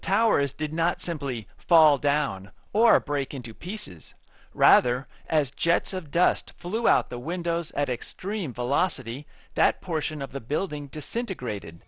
towers did not simply fall down or break into pieces rather as jets of dust flew out the windows at extreme velocity that portion of the building disintegrated